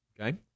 Okay